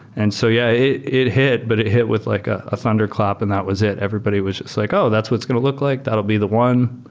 and so yeah, it hit, but it hit with like ah a thunderclap and that was it. everybody was just so like, oh, that's what's going to look like. that'll be the one.